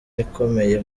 ukomeye